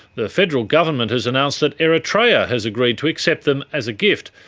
the federal government has announced that eritrea has agreed to accept them as a gift.